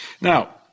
Now